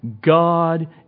God